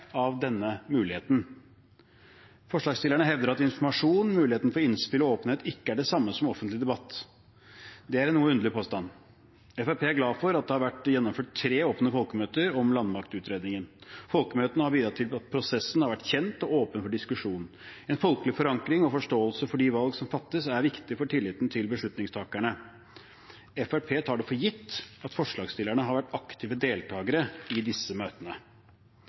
av denne muligheten. Forslagsstillerne hevder at informasjon, muligheten for innspill og åpenhet ikke er det samme som offentlig debatt. Det er en noe underlig påstand. Fremskrittspartiet er glad for at det har vært gjennomført tre åpne folkemøter om landmaktutredningen. Folkemøtene har bidratt til at prosessen har vært kjent og åpen for diskusjon. En folkelig forankring og forståelse for de valg som fattes, er viktig for tilliten til beslutningstakerne. Fremskrittspartiet tar det for gitt at forslagsstillerne har vært aktive deltakere i disse møtene.